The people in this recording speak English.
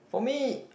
for me